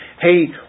hey